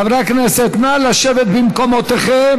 חברי הכנסת, נא לשבת במקומכם.